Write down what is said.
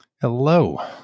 Hello